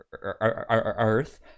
earth